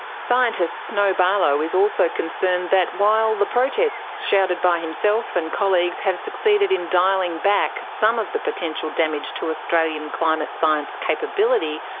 scientist snow barlow is also concerned that while the protests shouted by himself and colleagues have succeeded in dialling back some of the potential damage to australian climate science capability,